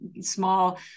small